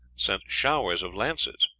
sent showers of lances.